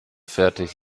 fertig